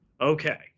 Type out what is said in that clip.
Okay